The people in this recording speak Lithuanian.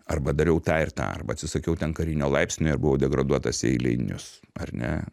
arba dariau tą ir tą arba atsisakiau ten karinio laipsnio ir buvau degraduotas eilinis ar ne